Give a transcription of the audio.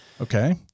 Okay